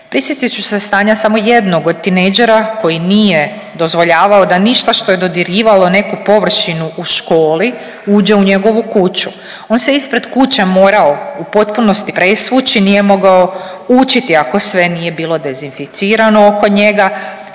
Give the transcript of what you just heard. Prisjetit ću se stanja samo jednog od tinejdžera koji nije dozvoljavao da ništa što je dodirivalo neku površinu u školi uđe u njegovu kuću. On se ispred kuće morao u potpunosti presvući, nije mogao učiti ako sve nije bilo dezinficirano oko njega,